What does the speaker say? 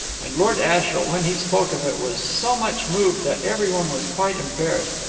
and lord ashiel, when he spoke of it, was so much moved that every one was quite embarrassed,